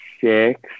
six